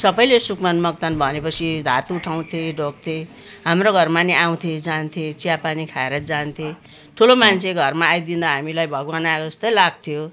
सबैले सुखमान मोक्तान भनेपछि हात उठाउँथे ढोग्थे हाम्रो घरमा नि आउँथे जान्थे चियापानी खाएर जान्थे ठुलो मान्छे घरमा आइदिँदा हामीलाई भगवान आएजस्तै लाग्थ्यो